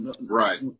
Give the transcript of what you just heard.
right